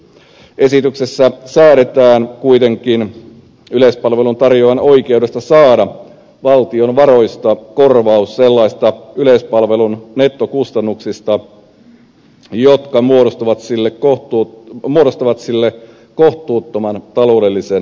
esityksessä säädetään kuitenkin yleispalvelun tarjoajan oikeudesta saada valtion varoista korvaus sellaisista yleispalvelun nettokustannuksista jotka muodostavat sille kohtuuttoman taloudellisen taakan